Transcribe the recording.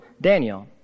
Daniel